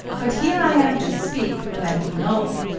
but here i am to speak what i do know.